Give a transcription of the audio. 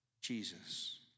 Jesus